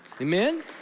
Amen